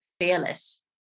fearless